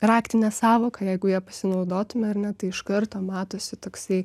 raktinę sąvoką jeigu ja pasinaudotume ar ne tai iš karto matosi toksai